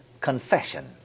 confession